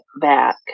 back